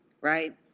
right